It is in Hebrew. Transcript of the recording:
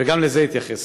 וגם לזה התייחס